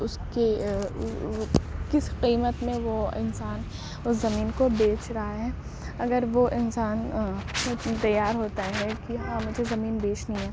اس کے کس قیمت میں وہ انسان اس زمین کو بیچ رہا ہے اگر وہ انسان تیار ہوتا ہے کہ ہاں مجھے زمین بیچنی ہے